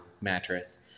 Mattress